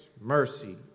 mercy